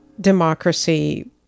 democracy